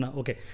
okay